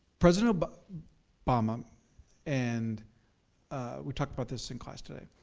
president but obama and we talked about this in class today,